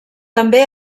també